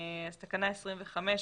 תקנה 25,